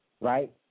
Right